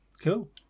Cool